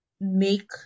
make